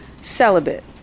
celibate